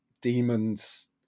demons